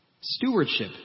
Stewardship